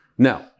Now